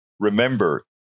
Remember